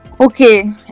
okay